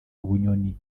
bunyoni